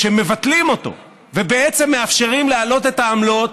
כשמבטלים אותו ובעצם מאפשרים להעלות את העמלות,